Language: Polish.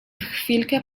chwilkę